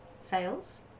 Sales